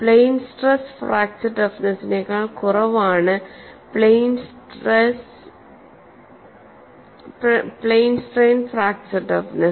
plain stress fracture ടഫ്നെസിനേക്കാൾ കുറവാണ് plain strain fracture toughness